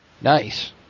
Nice